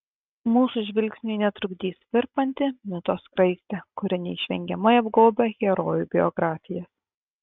mūsų žvilgsniui netrukdys virpanti mito skraistė kuri neišvengiamai apgaubia herojų biografijas